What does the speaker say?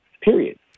period